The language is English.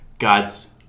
god's